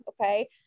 okay